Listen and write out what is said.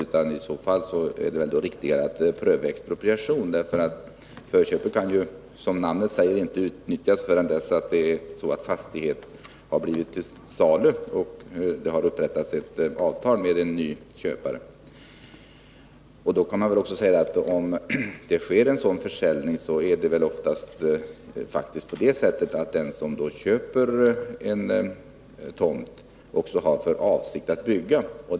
Det vore riktigare att pröva en expropriation, eftersom förköp ju, som namnet säger, inte kan utnyttjas förrän fastigheten varit till salu och det har upprättats ett avtal med en köpare. Om det sker en sådan försäljning, torde den som köper tomten också ha för avsikt att bebygga den.